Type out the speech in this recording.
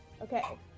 Okay